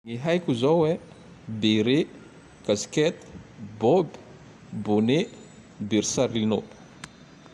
Ny haiko zao e: bere, kasket, bôb, bône, bersarinô.